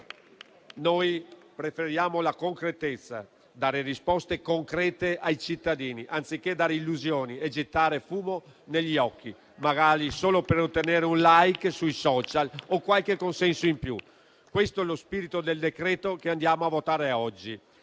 Noi preferiamo la concretezza, dare risposte concrete ai cittadini, anziché dare illusioni e gettare fumo negli occhi, magari solo per ottenere un *like* sui *social* o qualche consenso in più. Questo è lo spirito del decreto-legge che andiamo a votare oggi.